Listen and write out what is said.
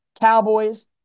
Cowboys